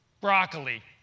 Broccoli